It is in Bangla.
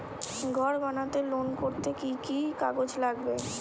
ঘর বানাতে লোন করতে কি কি কাগজ লাগবে?